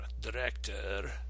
director